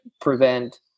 prevent